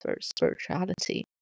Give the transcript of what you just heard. spirituality